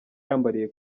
yambariye